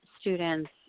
students